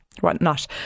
whatnot